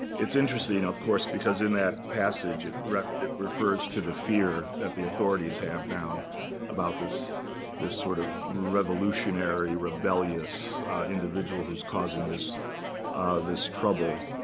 it's interesting, of course, because in that passage it refers it refers to the fear that the authorities have now about this this sort of revolutionary, rebellious individual who's causing this this trouble.